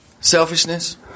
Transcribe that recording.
Selfishness